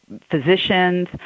physicians